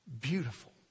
beautiful